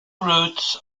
routes